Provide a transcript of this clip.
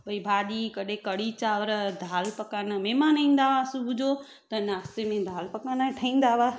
भई भाॼी कॾहिं कढ़ी चांवर दालि पकवान महिमान ईंदा हुआ सुबुह जो त नाश्ते में दालि पकवान ठहंदा हुआ